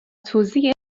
توزیع